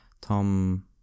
Tom